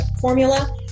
formula